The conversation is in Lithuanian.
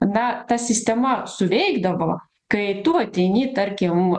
na ta sistema suveikdavo kai tu ateini tarkim